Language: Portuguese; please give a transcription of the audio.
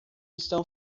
estão